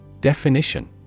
Definition